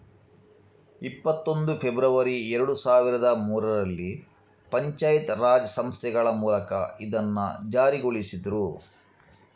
ಇಪ್ಪತ್ತೊಂದು ಫೆಬ್ರವರಿ ಎರಡು ಸಾವಿರದ ಮೂರರಲ್ಲಿ ಪಂಚಾಯತ್ ರಾಜ್ ಸಂಸ್ಥೆಗಳ ಮೂಲಕ ಇದನ್ನ ಜಾರಿಗೊಳಿಸಿದ್ರು